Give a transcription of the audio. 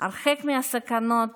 הרחק מהסכנות